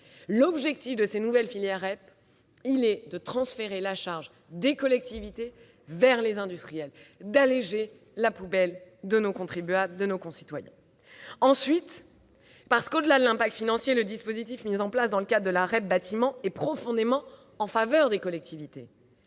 L'objectif de ces nouvelles filières REP est bien de transférer la charge des collectivités vers les industriels et ainsi d'alléger la poubelle de nos contribuables, de nos concitoyens. Ensuite, au-delà de son impact financier, le dispositif mis en place dans le cadre de la REP Bâtiment est profondément en faveur des collectivités.